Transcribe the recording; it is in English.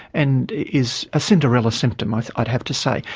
and is a cinderella symptom, ah i'd have to say.